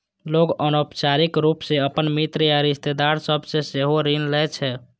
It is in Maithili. लोग अनौपचारिक रूप सं अपन मित्र या रिश्तेदार सभ सं सेहो ऋण लै छै